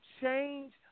change